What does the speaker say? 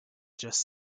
just